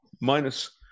minus